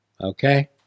Okay